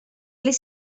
les